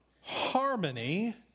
harmony